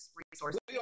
resources